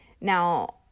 Now